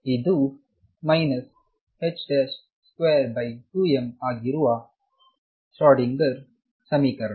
ಇದು 22mಆಗಿರುವ ಶ್ರೋಡಿಂಗರ್ ಸಮೀಕರಣ